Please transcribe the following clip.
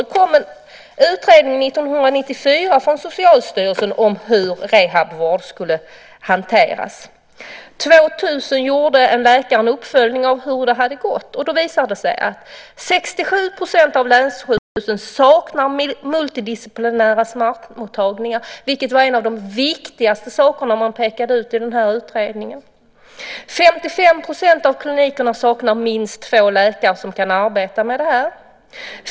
Det kom en utredning 1994 från Socialstyrelsen om hur rehabvård skulle hanteras. År 2000 gjorde en läkare en uppföljning av hur det hade gått. Det visade sig att 67 % av länssjukhusen saknar multidisciplinära smärtmottagningar, vilket var en av de viktigaste sakerna som pekades ut i utredningen. 55 % av klinikerna saknar minst två läkare som kan arbeta med detta.